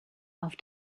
auf